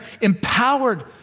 empowered